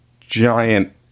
giant